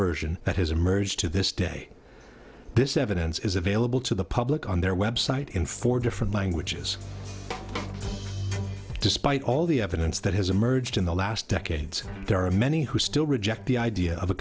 version that has emerged to this day this evidence is available to the public on their website in four different languages despite all the evidence that has emerged in the last decades there are many who still reject the idea of a